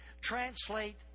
translate